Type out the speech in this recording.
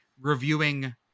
reviewing